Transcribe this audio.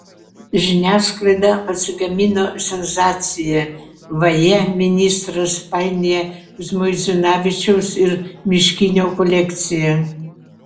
žiniasklaida pasigamino sensaciją vaje ministras painioja žmuidzinavičiaus ir miškinio kolekciją